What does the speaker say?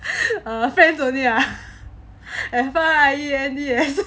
err friends only lah have fun ah